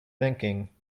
thinking